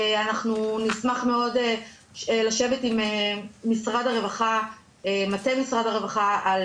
אנחנו נשמח מאוד לשבת עם מטה משרד הרווחה על